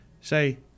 Say